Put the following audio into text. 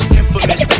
infamous